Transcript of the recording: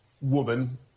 woman